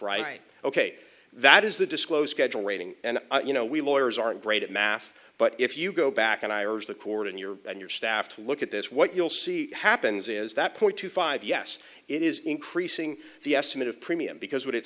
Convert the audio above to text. right ok that is the disclosed kegel rating and you know we lawyers aren't great at math but if you go back and i urge the court and your and your staff to look at this what you'll see happens is that point two five yes it is increasing the estimate of premium because what it